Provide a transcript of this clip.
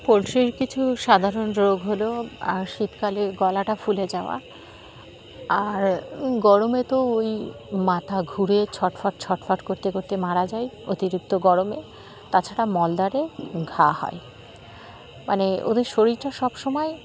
পোলট্রির কিছু সাধারণ রোগ হলো আর শীতকালে গলাটা ফুলে যাওয়া আর গরমে তো ওই মাথা ঘুরে ছটফট ছটফট করতে করতে মারা যায় অতিরিক্ত গরমে তাছাড়া মলদ্বারে ঘা হয় মানে ওদের শরীরটা সব সময়